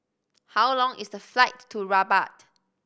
how long is the flight to Rabat